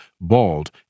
bald